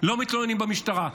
לא מתלוננים במשטרה.